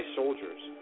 soldiers